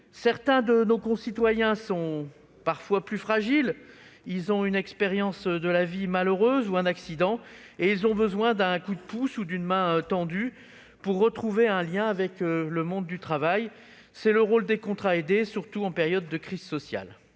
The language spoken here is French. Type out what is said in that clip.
Certains de nos concitoyens sont plus fragiles du fait d'une expérience de vie malheureuse ou d'un accident ; ils ont besoin d'un coup de pouce, d'une main tendue pour retrouver un lien avec le monde du travail : tel est le rôle des contrats aidés, surtout en période de crise sociale.